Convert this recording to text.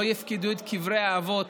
לא יפקדו את קברי האבות